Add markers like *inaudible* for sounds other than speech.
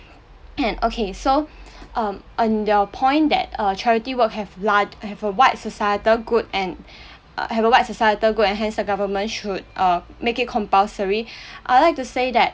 *coughs* okay so um and your point that err charity work have lar~ have a wide societal good *breath* and had wide societal good and hence the government should uh make it compulsory *breath* I'd like to say that